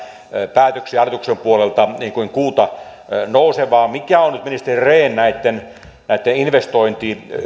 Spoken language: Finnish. päätöksiä hallituksen puolelta niin kuin kuuta nousevaa mikä on nyt ministeri rehn näitten näitten